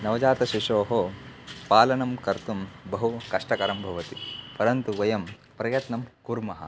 नवजातशिशोः पालनं कर्तुं बहु कष्टकरं भवति परन्तु वयं प्रयत्नं कुर्मः